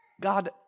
God